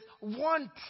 want